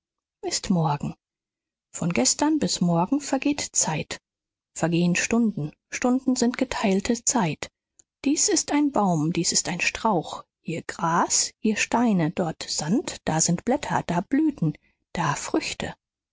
ist morgen von gestern bis morgen vergeht zeit vergehen stunden stunden sind geteilte zeit dies ist ein baum dies ist ein strauch hier gras hier steine dort sand da sind blätter da blüten da früchte